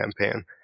campaign